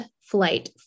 flight